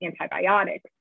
antibiotics